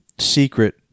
secret